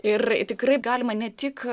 ir tikrai galima ne tik